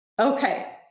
Okay